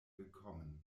bekommen